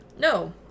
No